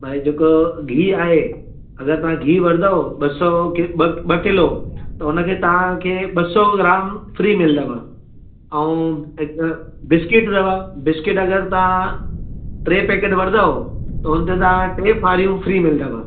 भाई जेको गिहु आहे अगर तां गिहु वठंदव ॿ सौ की ॿ ॿ किलो त हुनते तांखे ॿ सौ ग्राम फ्री मिलंदव ऐं हिकु बिस्किट अथव बिस्किट अगरि तव्हां टे पेकेट वठंदव त हुन ते तव्हां टे फारियूं फ्री मिलंदव